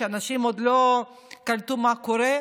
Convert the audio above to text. כשאנשים עוד לא קלטו מה קורה,